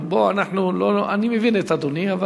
אני מבין את אדוני.